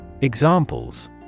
Examples